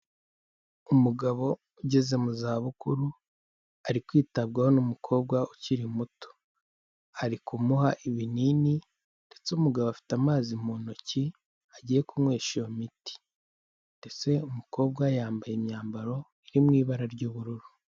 Umugabo ugeze mu za bukuru ari kwitabwaho n'umukobwa ukiri muto, ari kumuha ibinini ndetse umugabo afite amazi mu ntoki agiye kunywesha iyo miti ndetse umukobwa yambaye imyambaro iri mu ibara ry'ubururu.